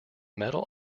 metal